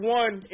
one